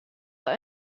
that